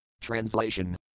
Translation